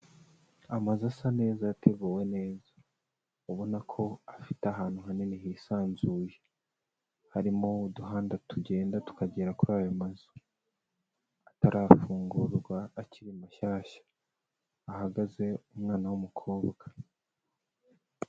Amazu asa neza yateguwe neza, ubona ko afite ahantu hanini hisanzuye, harimo uduhanda tugenda tukagera kuri ayo mazu, atarafungurwa akiri mashyashya, ahagaze umwana w'umukobwa.